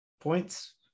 points